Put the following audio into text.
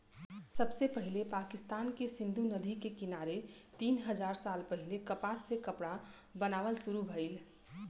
सबसे पहिले पाकिस्तान के सिंधु नदी के किनारे तीन हजार साल पहिले कपास से कपड़ा बनावल शुरू भइल